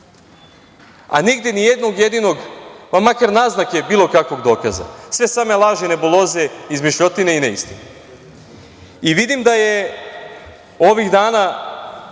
a nigde ni jednog jedinog, pa makar naznake, bilo kakvog dokaza. Sve same laži, nebuloze, izmišljotine i neistine. Vidim da je ovih dana